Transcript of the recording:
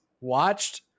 watched